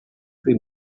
suoi